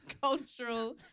cultural